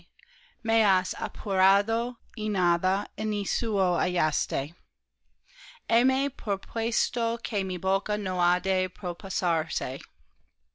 me has apurado y nada inicuo hallaste heme propuesto que mi boca no ha de propasarse